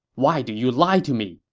why do you lie to me?